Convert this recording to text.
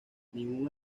ningún